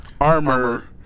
armor